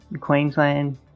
Queensland